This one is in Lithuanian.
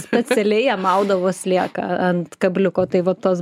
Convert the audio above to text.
specialiai jam maudavo slieką ant kabliuko tai va tos